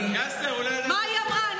אני, יאסר, אולי, מה היא אמרה?